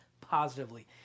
positively